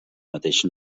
mateix